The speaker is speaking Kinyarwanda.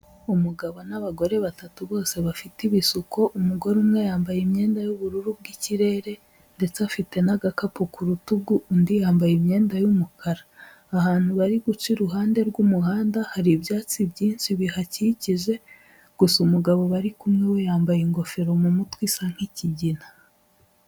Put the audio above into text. Umugabo n'abagore batatu bose bafite ibisuko, umugore umwe yambaye imyenda y'ubururu bw'ikirere ndetse afite n'agakapu ku rutugu, undi yambaye imyenda y'umukara, ahantu bari guca iruhande rw'umuhanda hari ibyatsi byinshi bihakikije, gusa umugabo bari kumwe we yambaye ingofero mu mutwe isa nk'ikigina.